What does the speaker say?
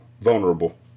vulnerable